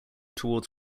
towards